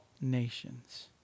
nations